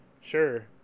Sure